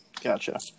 Gotcha